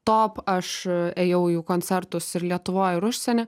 top aš ėjau į jų koncertus ir lietuvoj ir užsieny